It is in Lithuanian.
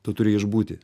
tu turi išbūti